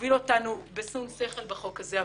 שמוביל אותנו בשום שכל בחוק הזה.